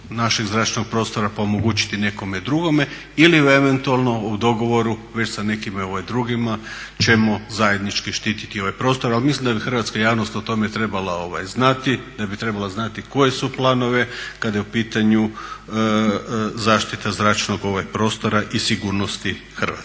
našeg zračnog prostora pa omogućiti nekome drugome ili eventualno u dogovoru već sa nekim drugima ćemo zajednički štiti ovaj prostor. Ali mislim da bi hrvatska javnost o tome trebala znati, da bi trebala znati koji su planovi kada je u pitanju zaštita zračnog prostora i sigurnosti Hrvatske.